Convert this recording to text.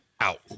out